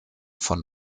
von